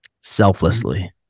selflessly